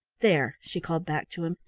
there, she called back to him,